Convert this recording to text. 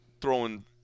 throwing